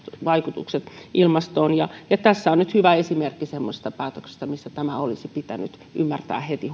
vaikutukset ilmastoon tässä on nyt hyvä esimerkki semmoisesta päätöksestä missä tämä olisi pitänyt ymmärtää heti